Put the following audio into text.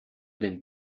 den